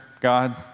God